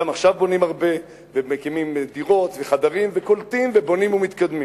גם עכשיו בונים הרבה ומקימים דירות וחדרים וקולטים ובונים ומתקדמים.